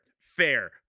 fair